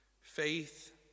Faith